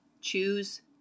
choose